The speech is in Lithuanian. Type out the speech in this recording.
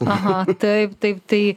aha taip taip tai